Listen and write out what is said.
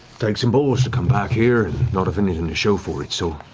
takes some balls to come back here and not have anything to show for it. so,